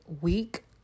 week